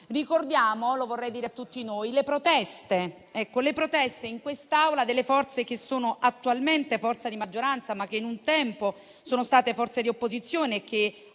Ricordiamo - lo vorrei dire a tutti noi - le proteste in quest'Aula delle forze che sono attualmente in maggioranza, ma che un tempo sono state forze di opposizione in